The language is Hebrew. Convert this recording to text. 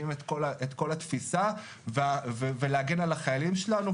את כל התפיסה ולהגן על החיילים שלנו,